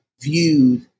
viewed